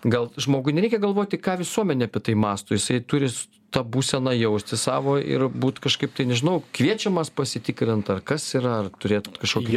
gal žmogui nereikia galvoti ką visuomenė apie tai mąsto jisai turi su ta būsena jausti savo ir būt kažkaip tai nežinau kviečiamas pasitikrint ar kas yra ar turėt kažkokį